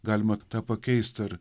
galima pakeist ar